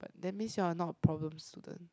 that means you're not a problem student